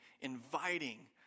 inviting